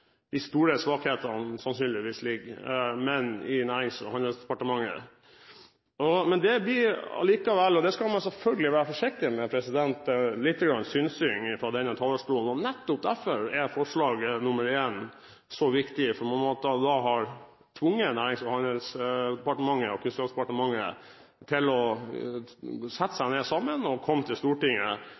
de store svakhetene sannsynligvis ligger, men i Nærings- og handelsdepartementet; det blir likevel litt synsing fra denne talerstol – og det skal man selvfølgelig være forsiktig med. Nettopp derfor er forslag nr. 1 så viktig, fordi man da hadde tvunget Nærings- og handelsdepartementet og Kunnskapsdepartementet til å sette seg ned sammen og komme til Stortinget